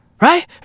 Right